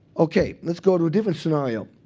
ok, let's go to a different scenario.